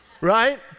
Right